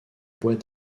bois